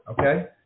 okay